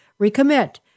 recommit